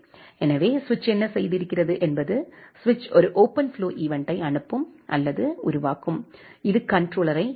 எனவே சுவிட்ச் என்ன செய்திருக்கிறது என்பது சுவிட்ச் ஒரு ஓபன்ஃப்ளோ ஈவென்ட்டை அனுப்பும் அல்லது உருவாக்கும் இது கண்ட்ரோலரை அடையும்